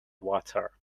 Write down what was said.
water